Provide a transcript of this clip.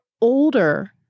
older